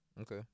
Okay